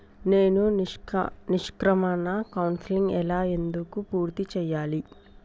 నేను నిష్క్రమణ కౌన్సెలింగ్ ఎలా ఎందుకు పూర్తి చేయాలి?